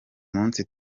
munsi